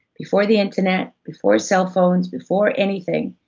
before the internet before cell phones, before anything,